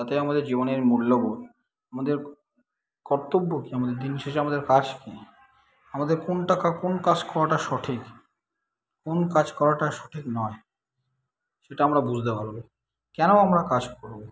তাতে আমাদের জীবনের মূল্যবোধ আমাদের কর্তব্য কী আমাদের দিনের শেষে আমাদের কাজ কী আমাদের কোনটাকা কোন কাজ করাটা সঠিক কোন কাজ করাটা সঠিক নয় সেটা আমরা বুঝতে পারবো কেন আমরা কাজ করবো